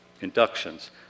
inductions